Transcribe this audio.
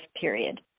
period